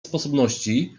sposobności